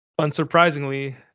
unsurprisingly